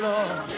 Lord